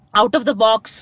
out-of-the-box